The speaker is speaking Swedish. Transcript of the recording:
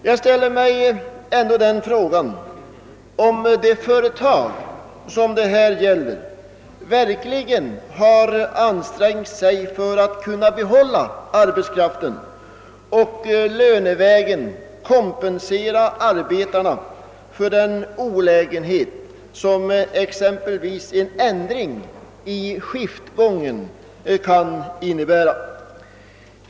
Jag ställer mig frågan om det företag det gäller verkligen har ansträngt sig för att kunna behålla arbetskraften och lönevägen kompensera arbetarna för den olägenhet som exempelvis en ändring i skiftgången kan innebära.